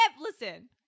listen